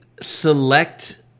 select